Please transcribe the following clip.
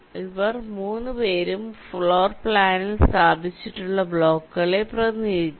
ഇവർ 3 പേരും ഫ്ലോർ പ്ലാനിൽ സ്ഥാപിച്ചിട്ടുള്ള ബ്ലോക്കുകളെ പ്രതിനിധീകരിക്കുന്നു